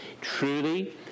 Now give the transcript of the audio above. truly